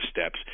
steps